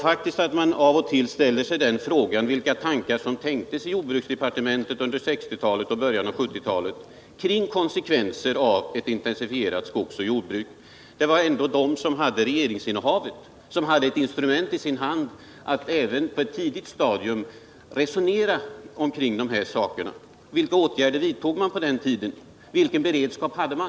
Faktiskt ställer man sig av och till frågan vilka tankar som tänktes i jordbruksdepartementet under 1960-talet och början av 1970-talet kring konsekvenserna av ett intensifierat skogsoch jordbruk. Det var ändå regeringen som hade ett instrument i sin hand för att på ett tidigt stadium kunna resonera om dessa frågor. Vilka åtgärder vidtog man på den tiden? Vilken beredskap hade man?